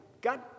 God